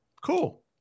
Cool